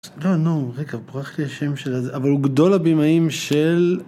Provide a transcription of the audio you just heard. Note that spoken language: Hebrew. לא, נו, רגע, פרח לי השם של... אבל הוא גדול הבימאים של...